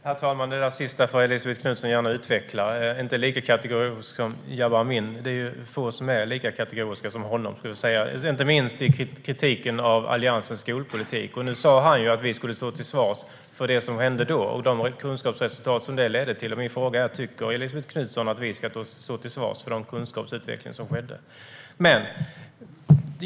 Herr talman! Det där sista får Elisabet Knutsson gärna utveckla: inte lika kategorisk som Jabar Amin. Det är ju få som är lika kategoriska som han, inte minst i kritiken av Alliansens skolpolitik. Nu sa han att vi skulle stå till svars för det som hände då och de kunskapsresultat som det ledde till. Min fråga är: Tycker Elisabet Knutsson att vi ska stå till svars för den kunskapsutveckling som skedde?